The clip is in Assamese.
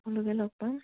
সকলোকে লগ পাম